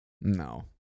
No